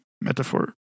metaphor